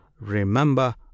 REMEMBER